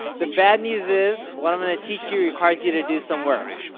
the bad news is what i'm gonna teach you requires you to do some work.